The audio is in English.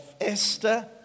Esther